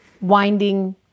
winding